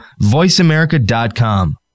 voiceamerica.com